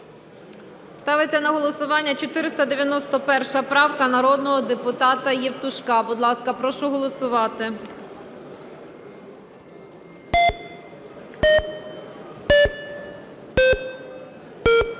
Ставиться на голосування 491 правка, народного депутата Євтушка. Будь ласка, прошу голосувати.